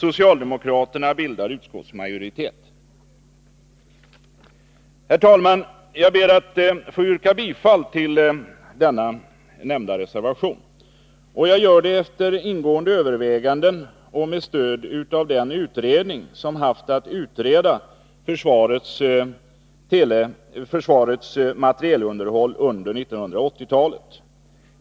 Herr talman! Jag ber att få yrka bifall till den nämnda reservationen. Jag gör det efter ingående överväganden och med stöd av den utredning som haft att utreda försvarets materielunderhåll under 1980-talet.